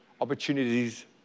opportunities